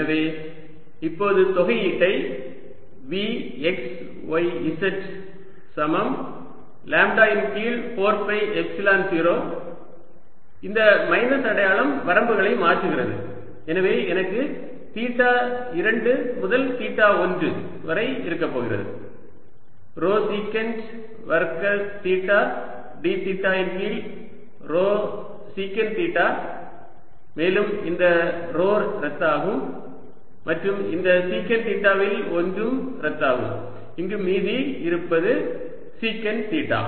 எனவே இப்போது தொகையீட்டை V x y z சமம் லாம்ப்டா இன் கீழ் 4 பை எப்சிலன் 0 இந்த மைனஸ் அடையாளம் வரம்புகளை மாற்றுகிறது எனவே எனக்கு தீட்டா 2 முதல் தீட்டா 1 வரை இருக்கப்போகிறது ρ சீகண்ட் வர்க்க தீட்டா d தீட்டா இன் கீழ் ρ சீகண்ட் தீட்டா மேலும் இந்த ρ ரத்தாகும் மற்றும் இந்த சீகண்ட் தீட்டாவில் ஒன்று ரத்தாகும் இங்கு மீதி இருப்பது சீகண்ட் தீட்டா